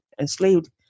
enslaved